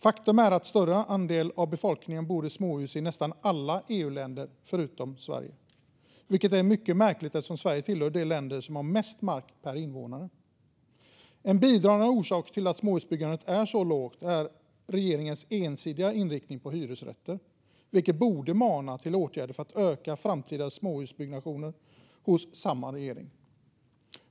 Faktum är att en större andel av befolkningen än i Sverige bor i småhus i nästan alla andra EU-länder, vilket är mycket märkligt eftersom Sverige hör till de länder som har mest mark per invånare. En bidragande orsak till att småhusbyggandet är så lågt är regeringens ensidiga inriktning på hyresrätter, vilket borde mana till åtgärder från samma regering för att öka framtida småhusbyggnation.